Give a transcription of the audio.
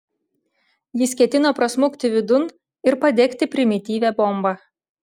jis ketino prasmukti vidun ir padegti primityvią bombą